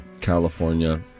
California